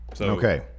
Okay